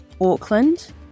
Auckland